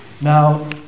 Now